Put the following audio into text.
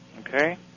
Okay